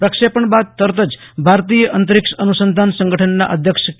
પ્રક્ષેપણ બાદ તરત જ ભારતીય અંતરીક્ષ અનુસંધાન સંગઠનના અધ્યક્ષ કે